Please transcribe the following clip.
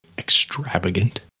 extravagant